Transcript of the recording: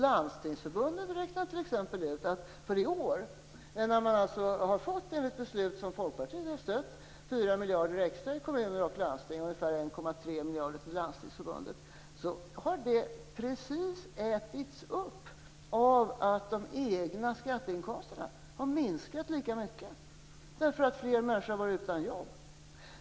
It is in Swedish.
Landstingsförbundet räknade t.ex. ut att för i år, då kommuner och landsting enligt beslut som Folkpartiet har stött har fått 4 miljarder extra och Landstingsförbundet ungefär 1,3 miljarder, har de extra pengarna precis ätits upp av att de egna skatteinkomsterna har minskat lika mycket därför att fler människor har varit utan jobb.